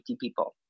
people